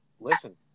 Listen